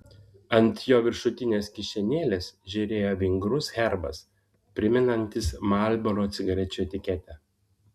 ant jo viršutinės kišenėlės žėrėjo vingrus herbas primenantis marlboro cigarečių etiketę